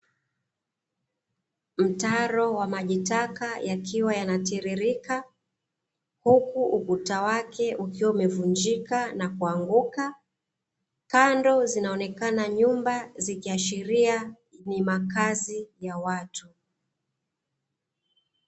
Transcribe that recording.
Mtaro wa majitaka yakiwa yanatiririka, huku ukuta wake ukiwa umevunjika nakuanguka, kando zinaonekana nyumba zikiashiria ni makazi ya watu.